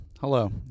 hello